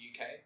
UK